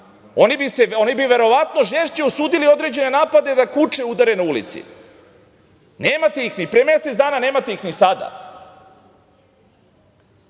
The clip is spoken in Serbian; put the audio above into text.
Oni bi verovatno žešće osudili određene napade da kuče udare na ulici. Nemate ih ni pre mesec dana, nemate ih ni sada. Mi